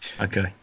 Okay